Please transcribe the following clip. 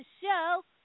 show